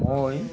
মই